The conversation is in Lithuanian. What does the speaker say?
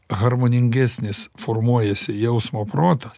harmoningesnis formuojasi jausmo protas